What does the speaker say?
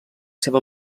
seva